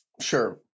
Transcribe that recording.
sure